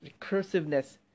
recursiveness